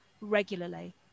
regularly